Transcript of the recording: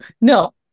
No